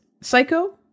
psycho